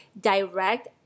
direct